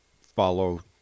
follow